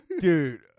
Dude